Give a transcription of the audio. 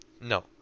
No